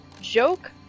Joke